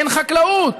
אין חקלאות,